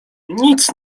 nic